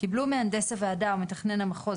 קיבלו מהנדס הוועדה ומתכנן המחוז,